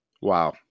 Wow